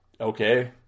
Okay